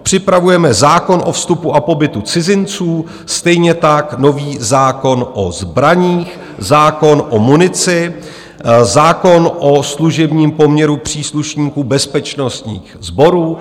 Připravujeme zákon o vstupu a pobytu cizinců, stejně tak nový zákon o zbraních, zákon o munici, zákon o služebním poměru příslušníků bezpečnostních sborů.